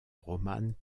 roman